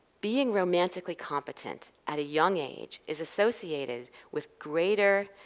being romantically competent at a young age is associated with greater,